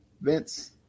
Vince